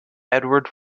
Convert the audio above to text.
edward